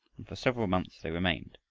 and for several months they remained,